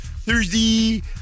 Thursday